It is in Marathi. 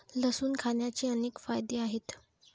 लसूण खाण्याचे अनेक फायदे आहेत